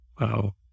wow